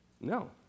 No